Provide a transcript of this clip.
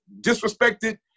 disrespected